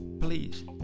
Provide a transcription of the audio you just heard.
please